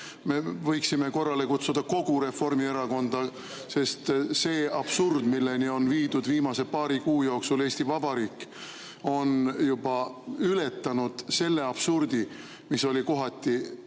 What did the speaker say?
Me võiksime korrale kutsuda kogu Reformierakonda, sest see absurd, milleni on viidud viimase paari kuu jooksul Eesti Vabariik, on kohati juba ületanud selle absurdi, mis oli ENSV